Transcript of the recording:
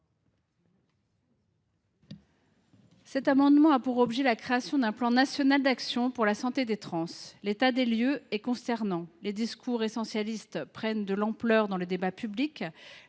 Cet amendement tend à l’élaboration d’un plan national d’action pour la santé des personnes trans. L’état des lieux est consternant. Les discours essentialistes prennent de l’ampleur dans le débat public.